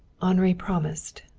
henri promised.